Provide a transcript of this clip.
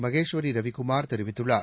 மகேஷ்வரி ரவிக்குமார் தெரிவித்துள்ளார்